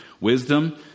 wisdom